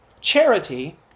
charity